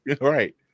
Right